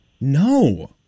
No